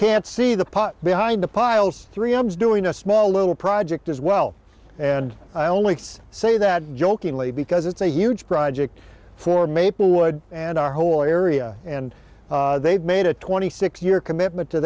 can't see the pot behind the piles three obs doing a small little project as well and i only say that jokingly because it's a huge project for maplewood and our whole area and they've made a twenty six year commitment to